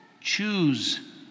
choose